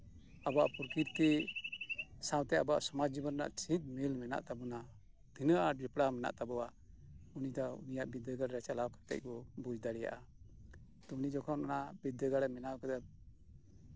ᱟᱵᱚᱣᱟᱜ ᱯᱨᱚᱠᱤᱛᱤ ᱥᱟᱶᱛᱮ ᱥᱚᱢᱟᱡ ᱡᱤᱵᱚᱱ ᱨᱮᱭᱟᱜ ᱪᱮᱫ ᱢᱤᱞ ᱢᱮᱱᱟᱜ ᱛᱟᱵᱚᱱᱟ ᱛᱤᱱᱟᱹᱜ ᱟᱸᱴ ᱡᱚᱯᱲᱟᱣ ᱢᱮᱱᱟᱜ ᱛᱟᱵᱳᱱᱟ ᱩᱱᱤᱭᱟᱜ ᱵᱤᱫᱽᱫᱟᱹᱜᱟᱲᱨᱮ ᱪᱟᱞᱟᱣ ᱠᱟᱛᱮᱜ ᱵᱚᱱ ᱵᱩᱡ ᱫᱟᱲᱮᱭᱟᱜᱼᱟ ᱩᱱᱤ ᱡᱚᱠᱷᱚᱱ ᱚᱱᱟ ᱵᱤᱫᱽᱫᱟᱹᱜᱟᱲ ᱮ ᱵᱮᱱᱟᱣ ᱠᱮᱫᱟ